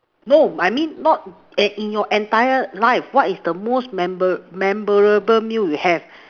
no I mean not eh in your entire life what is the most memorable memorable you have